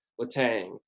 Latang